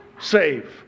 save